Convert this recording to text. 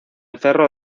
cerro